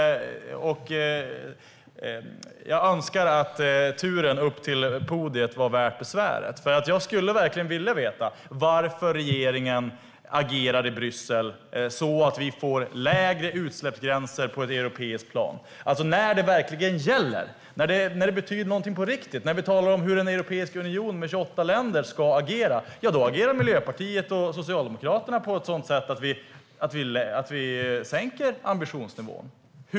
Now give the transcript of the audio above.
Jag hoppas att turen upp till podiet ska vara värd besväret. Jag vill nämligen gärna veta varför regeringen agerar på ett sådant sätt i Bryssel att vi får lägre utsläppsgränser på ett europeiskt plan. När det verkligen gäller, när det betyder någonting på riktigt, när vi talar om hur Europeiska unionen med 28 länder ska agera, då agerar Miljöpartiet och Socialdemokraterna på ett sådant sätt att ambitionsnivån sänks.